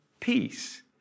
peace